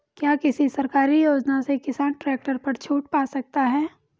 क्या किसी सरकारी योजना से किसान ट्रैक्टर पर छूट पा सकता है?